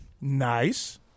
Nice